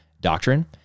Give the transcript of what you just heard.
doctrine